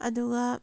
ꯑꯗꯨꯒ